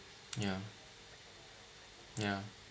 ya ya